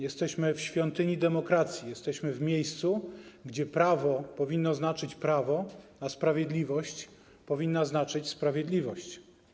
Jesteśmy w świątyni demokracji, jesteśmy w miejscu, gdzie prawo powinno znaczyć prawo, a sprawiedliwość powinna znaczyć sprawiedliwość.